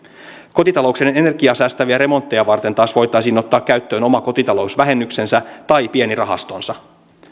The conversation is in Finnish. kotitalouksien energiaa säästäviä remontteja varten taas voitaisiin ottaa käyttöön oma kotitalousvähennyksensä tai pieni rahastonsa